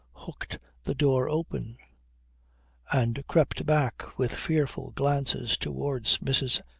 hooked the door open and crept back with fearful glances towards mrs.